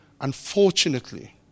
Unfortunately